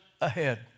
ahead